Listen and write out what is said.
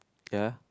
ya